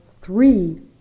three